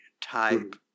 type